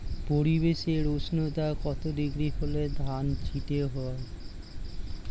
পরিবেশের উষ্ণতা কত ডিগ্রি হলে ধান চিটে হয়?